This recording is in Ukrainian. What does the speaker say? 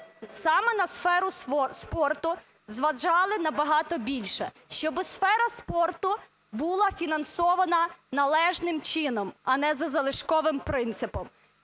саме на сферу спорту зважали набагато більше, щоб сфера спорту була фінансована належним чином, а не за залишковим принципом.